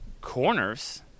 corners